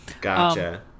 Gotcha